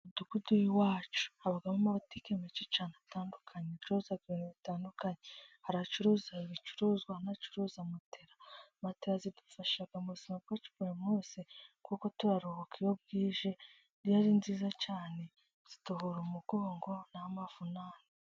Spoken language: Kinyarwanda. Mu mudugudu w'iwacu, habamo amabutike meza cyane atandukanye. Acuruza ibintu bitandukanye. Hari acuruza ibicuruzwa, n'acuruza matera. Matera zidufasha mu buzima bwacu bwa buri munsi, kuko turaruhuka iyo bwije, iyo ari nziza cyane zituvura umugongo n'amavunane.